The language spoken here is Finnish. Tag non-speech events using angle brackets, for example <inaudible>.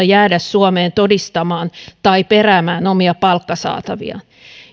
<unintelligible> jäädä suomeen todistamaan tai peräämään omia palkkasaataviaan